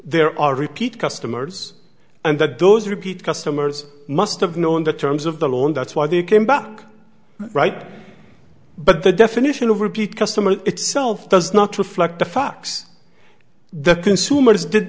there are repeat customers and that those repeat customers must have known the terms of the loan that's why they came back right but the definition of repeat customer itself does not reflect the facts the consumers did